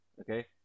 Okay